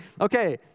okay